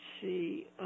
see